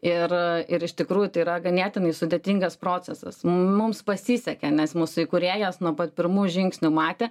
ir ir iš tikrųjų tai yra ganėtinai sudėtingas procesas mums pasisekė nes mūsų įkūrėjas nuo pat pirmų žingsnių matė